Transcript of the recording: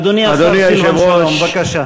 אדוני השר סילבן שלום, בבקשה.